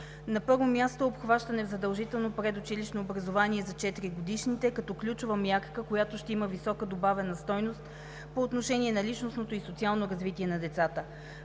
На първо място, обхващане в задължително предучилищно образование за 4-годишните като ключова мярка, която ще има висока добавена стойност по отношение на личностното и социално развитие на децата.